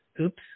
Oops